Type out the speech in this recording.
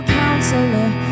counselor